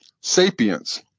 Sapiens